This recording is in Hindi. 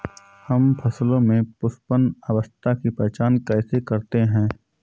हम फसलों में पुष्पन अवस्था की पहचान कैसे करते हैं?